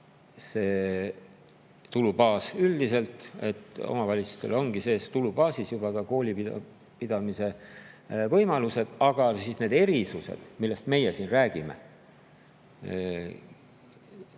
seda tulubaasi nii, et omavalitsustel ongi juba tulubaasis sees ka koolipidamise võimalused, ja siis need erisused, millest meie siin räägime,